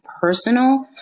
personal